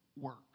work